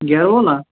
گیرٕ وول ہا